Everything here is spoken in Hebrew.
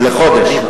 לחודש.